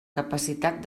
capacitat